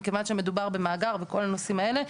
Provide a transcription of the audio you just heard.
מכיוון שמדובר במאגר וכל הנושאים האלה,